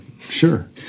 Sure